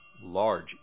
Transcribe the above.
large